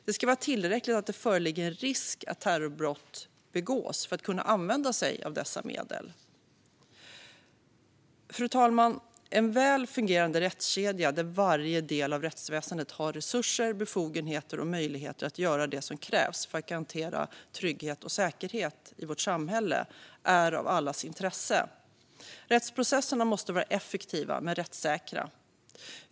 Det ska vara tillräckligt att det föreligger en risk att terrorbrott ska begås för att kunna använda sig av dessa medel. Fru talman! En väl fungerande rättskedja, där varje del av rättsväsendet har resurser, befogenheter och möjligheter att göra det som krävs för att garantera trygghet och säkerhet i vårt samhälle är av allas intresse. Rättsprocesserna måste vara effektiva men rättssäkra.